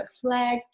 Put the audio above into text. flag